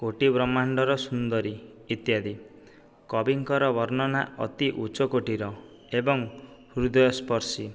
କୋଟି ବ୍ରହ୍ମାଣ୍ଡ ସୁନ୍ଦରୀ ଇତ୍ୟାଦି କବିଙ୍କର ବର୍ଣ୍ଣନା ଅତି ଉଚ୍ଚକୋଟୀର ଏବଂ ହୃଦୟସ୍ପର୍ଶୀ